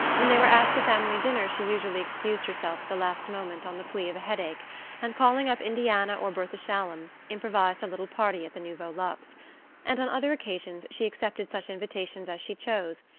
when they were asked to family dinners she usually excused herself at the last moment on the plea of a headache and, calling up indiana or bertha shallum, improvised a little party at the nouveau luxe and on other occasions she accepted such invitations as she chose,